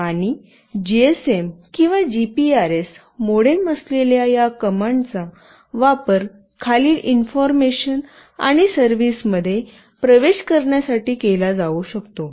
आणि जीएसएम किंवा GPRS modem असलेल्या या कमांडचा वापर खालील इन्फॉर्मेशन आणि सर्व्हिस मध्ये प्रवेश करण्यासाठी केला जाऊ शकतो